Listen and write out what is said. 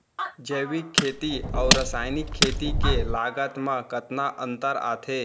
जैविक खेती अऊ रसायनिक खेती के लागत मा कतना अंतर आथे?